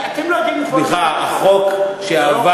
אתם לא יודעים, סליחה, החוק שעבר,